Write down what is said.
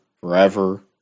forever